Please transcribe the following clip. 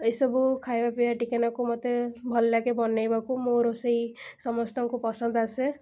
ଏଇସବୁ ଖାଇବା ପିଇବା ଟିକେ ନାକୁ ମୋତେ ଭଲ ଲାଗେ ବନାଇବାକୁ ମୋ ରୋଷେଇ ସମସ୍ତଙ୍କୁ ପସନ୍ଦ ଆସେ